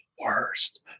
worst